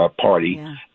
party